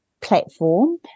platform